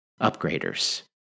upgraders